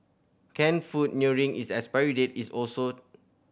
canned food nearing its expiry date is also